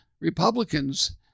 Republicans